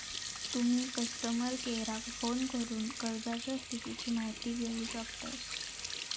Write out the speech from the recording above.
तुम्ही कस्टमर केयराक फोन करून कर्जाच्या स्थितीची माहिती घेउ शकतास